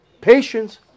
Patience